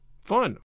fun